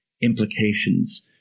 implications